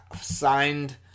signed